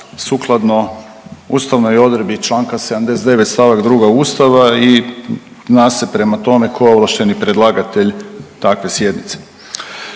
sukladno ustavnoj odredbi čl.79. st.2. Ustava i zna se prema tome tko je ovlašteni predlagatelj takve sjednice.